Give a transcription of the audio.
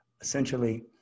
essentially